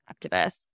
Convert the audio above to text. activists